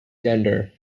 gender